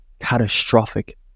catastrophic